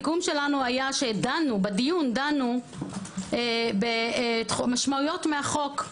דנו בדיון במשמעויות מהחוק.